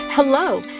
Hello